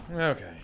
Okay